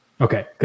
Okay